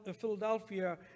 Philadelphia